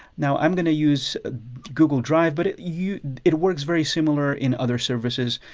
now i'm gonna use google drive, but it you know it works very similar in other services.